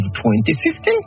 2050